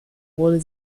wurde